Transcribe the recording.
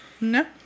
No